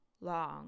long